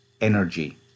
energy